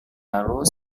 lalu